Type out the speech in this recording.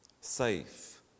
safe